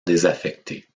désaffecté